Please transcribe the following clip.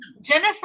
Jennifer